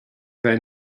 bheith